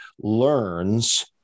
learns